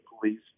police